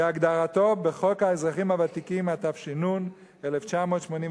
כהגדרתו בחוק האזרחים הוותיקים, התש"ן 1989,